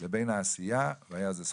לבין העשייה והיה זה שכרנו.